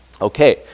Okay